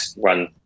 run